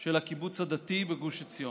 של הקיבוץ הדתי בגוש עציון.